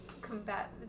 combat